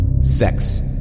Sex